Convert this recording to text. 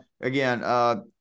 again